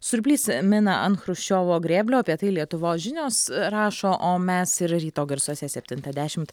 surplys mina ant chruščiovo grėblio apie tai lietuvos žinios rašo o mes ir ryto garsuose septintą dešimt